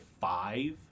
five